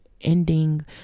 ending